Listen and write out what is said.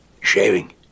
Shaving